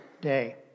day